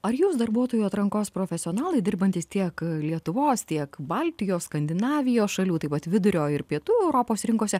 ar jūs darbuotojų atrankos profesionalai dirbantys tiek lietuvos tiek baltijos skandinavijos šalių taip pat vidurio ir pietų europos rinkose